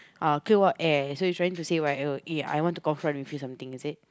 ah okay what eh so you trying to say right eh I want to confront with you something he said